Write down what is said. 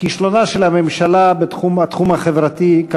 כישלונה של הממשלה בתחום החברתי-כלכלי.